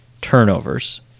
turnovers